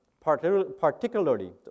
particularly